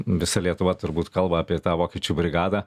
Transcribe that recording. visa lietuva turbūt kalba apie tą vokiečių brigadą